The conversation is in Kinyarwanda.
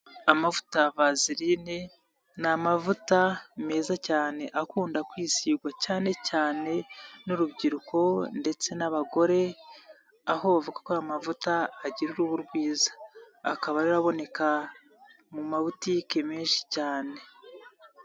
Amavuta ya vazerine, ni amavuta meza cyane akunda kwizirwa cyane cyane n'urubyiruko ndetse n'abagore, aho bavuga ko ayo mavuta agira uruhu rwiza. Akaba rero aboneka mu mabutike menshi cyane.